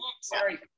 sorry